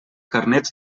carnets